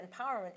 empowerment